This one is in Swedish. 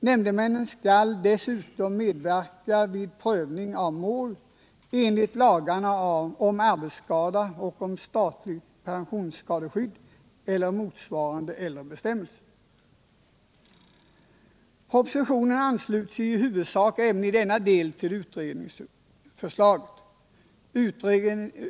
Nämndemännen skall dessutom medverka vid prövning av mål enligt lagarna om yrkesskada och om statligt personskadeskydd eller motsvarande äldre bestämmelser. Propositionen ansluter i huvudsak även i denna del till utredningsförslaget.